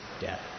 death